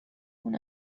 اون